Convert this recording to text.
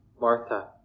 Martha